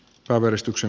travelistuksen